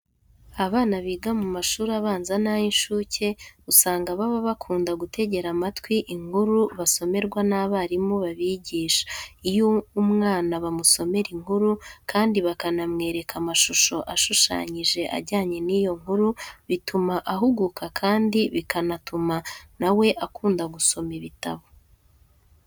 Abana biga mu mashuri abanza n'ay'incuke usanga baba bakunda gutegera amatwi inkuru basomerwa n'abarimu babigisha. Iyo umwana bamusomera inkuru kandi bakanamwereka amashusho ashushanyije ajyanye n'iyo nkuru, bituma ahuguka kandi bikanatuma na we akunda gusoma ibitabo.